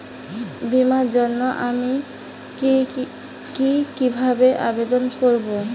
বিমার জন্য আমি কি কিভাবে আবেদন করব?